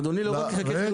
אדוני לא רק חלקי חילוף,